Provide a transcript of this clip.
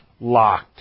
locked